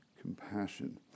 compassion